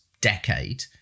decade